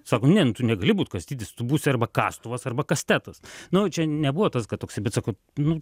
sako ne nu tu negali būt kastytis tu būsi arba kastuvas arba kastetas nu čia nebuvo tas kad toksai bet sako nu